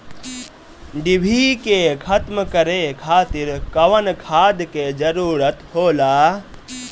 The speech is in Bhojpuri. डिभी के खत्म करे खातीर कउन खाद के जरूरत होला?